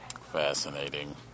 fascinating